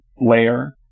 layer